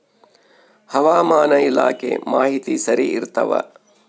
ಹವಾಮಾನ ಇಲಾಖೆ ಮಾಹಿತಿ ಸರಿ ಇರ್ತವ?